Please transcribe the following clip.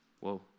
Whoa